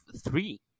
three